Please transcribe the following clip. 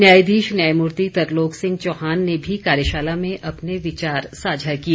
न्यायाधीश न्यायमूर्ति तरलोक सिंह चौहान ने भी कार्यशाला में अपने विचार साझा किए